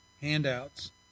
handouts